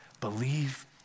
Believe